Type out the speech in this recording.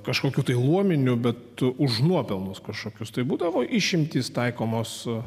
kažkokių tai luominių bet už nuopelnus kažkokios tai būdavo išimtys taikomos